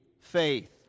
faith